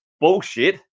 bullshit